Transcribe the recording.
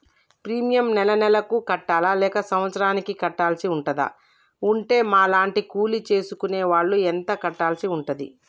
Premium నెల నెలకు కట్టాలా లేక సంవత్సరానికి కట్టాల్సి ఉంటదా? ఉంటే మా లాంటి కూలి చేసుకునే వాళ్లు ఎంత కట్టాల్సి ఉంటది?